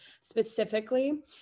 specifically